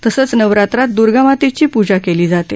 तसंच नवरात्रात दुर्गामातेची पूजा केली जाते